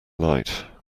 light